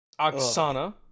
Oksana